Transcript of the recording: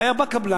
היה בא קבלן,